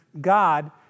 God